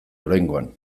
oraingoan